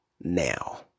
now